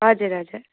हजुर हजुर